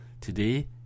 Today